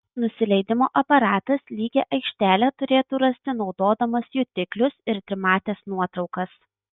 nusileidimo aparatas lygią aikštelę turėtų rasti naudodamas jutiklius ir trimates nuotraukas